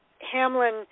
hamlin